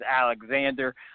Alexander